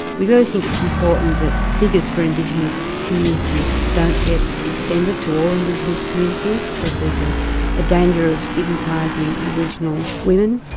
we really think it's important that figures for indigenous communities don't get extended to all indigenous communities because there's a ah danger of stigmatising aboriginal women.